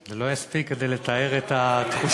זה לא יספיק כדי לתאר את התחושות.